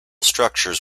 structures